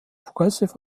progressive